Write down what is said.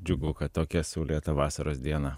džiugu kad tokią saulėtą vasaros dieną